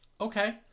okay